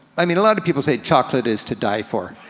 i mean a lot of people say chocolate is to die for.